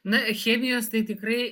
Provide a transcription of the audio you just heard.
na chemijos tai tikrai